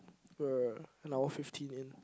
uh on our fifteen in